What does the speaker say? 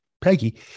Peggy